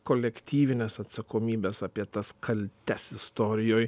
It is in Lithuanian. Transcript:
kolektyvines atsakomybes apie tas kaltes istorijoj